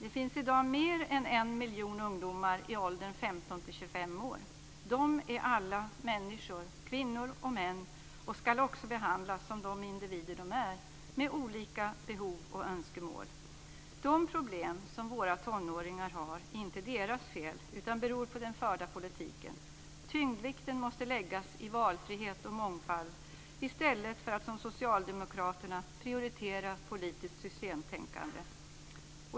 Det finns i dag mer än en miljon ungdomar i åldern 15-25 år. De är alla människor, kvinnor och män, och ska också behandlas som de individer de är, med olika behov och önskemål. De problem som våra tonåringar har är inte deras fel utan beror på den förda politiken. Tyngdpunkten måste läggas på valfrihet och mångfald, i stället för att som socialdemokraterna prioritera politiskt systemtänkande.